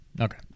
Okay